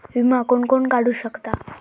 विमा कोण कोण काढू शकता?